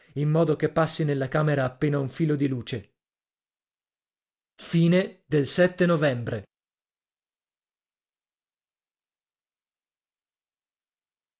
in modo che passi nella camera appena un filo di luce novembre